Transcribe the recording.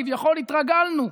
כביכול התרגלנו.